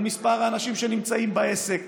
על מספר האנשים שנמצאים בעסק,